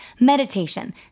meditation